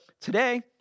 today